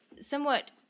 somewhat